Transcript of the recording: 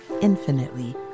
infinitely